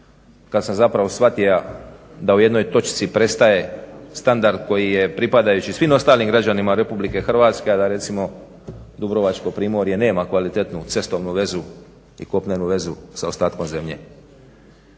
kad sam zapravo shvatija da u jednoj točci prestaje standard koji je pripadajući svim ostalim građanima Republike Hrvatske a da recimo dubrovačko primorje nema kvalitetu cestovnu vezu i kopnenu vezu sa ostatkom zemlje.